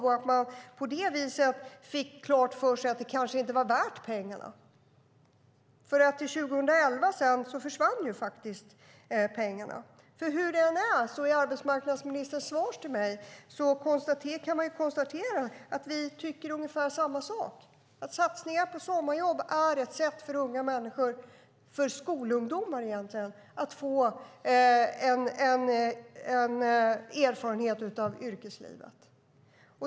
Fick man på det viset klart för sig att det kanske inte var värt pengarna? Pengarna försvann ju till 2011. Hur det än är kan man i arbetsmarknadsministerns svar till mig konstatera att vi tycker ungefär samma sak: Satsningar på sommarjobb är ett sätt för unga människor - för skolungdomar, egentligen - att få erfarenhet av yrkeslivet.